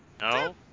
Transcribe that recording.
No